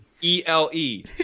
E-L-E